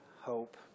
hope